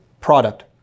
product